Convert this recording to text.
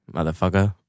Motherfucker